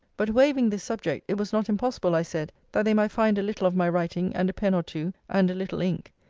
but waving this subject, it was not impossible, i said, that they might find a little of my writing, and a pen or two, and a little ink,